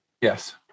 Yes